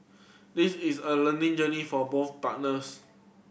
this is a learning journey for both partners